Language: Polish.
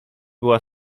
była